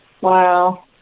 Wow